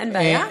אין בעיה.